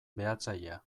behatzailea